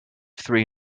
three